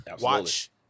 Watch